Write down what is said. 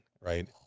right